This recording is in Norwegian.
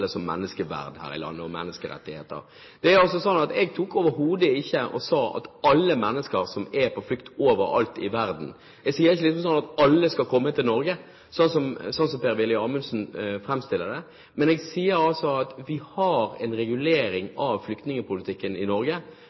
som menneskeverd og menneskerettigheter her i landet. Jeg sa overhodet ikke at alle mennesker som er på flukt overalt i verden, skal komme til Norge, som Per-Willy Amundsen framstiller det, men jeg sier at vi har en regulering av flyktningpolitikken i Norge.